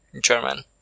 German